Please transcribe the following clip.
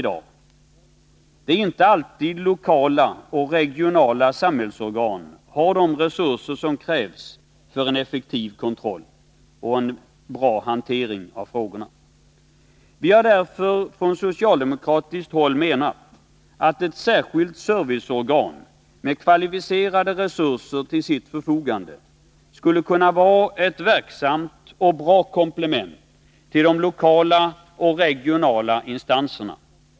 Det är inte alltid som lokala och regionala samhällsorgan har de resurser som krävs för en effektiv kontroll och en god hantering av frågorna. Vi menar därför från socialdemokratiskt håll att ett särskilt serviceorgan med kvalificerade resurser till sitt förfogande skulle kunna vara ett verksamt och bra komplement till de lokala och regionala instanserna.